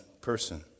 person